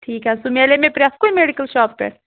ٹھیٖک حظ سُہ میلیٛاہ مےٚ پرٛتھ کُنہِ میٚڈِکَل شاپ پیٚٹھ